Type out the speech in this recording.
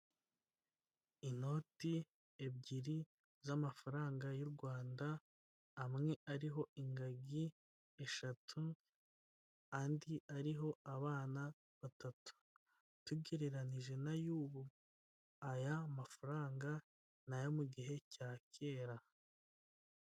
Inoti ebyiri z'amafaranga y'u Rwanda amwe ariho ingagi eshatu andi ariho abana batatu, tugereranije n'ayubu aya mafaranga ni ayo mu gihe cya kera.